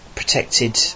Protected